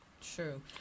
True